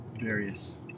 various